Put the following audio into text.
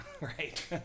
right